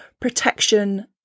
protection